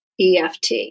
EFT